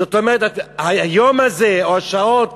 היום הזה, או השעות,